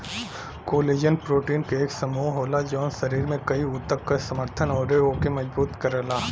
collagen protein क एक समूह होला जौन शरीर में कई ऊतक क समर्थन आउर ओके मजबूत करला